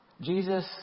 Jesus